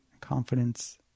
confidence